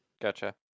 gotcha